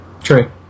True